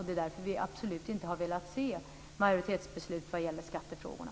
Det är därför vi absolut inte har velat se majoritetsbeslut vad gäller skattefrågorna.